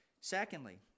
Secondly